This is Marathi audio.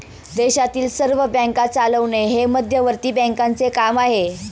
देशातील सर्व बँका चालवणे हे मध्यवर्ती बँकांचे काम आहे